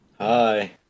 Hi